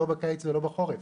לא בקיץ ולא בחורף.